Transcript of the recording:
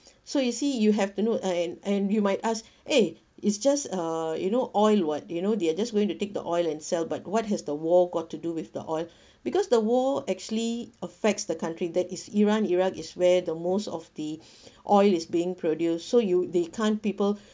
so you see you have to know uh and and you might ask eh it's just a you know oil what you know they're just going to take the oil and sell but what has the war got to do with the oil because the war actually affects the country that is iran iraq is where the most of the oil is being produced so you they can't people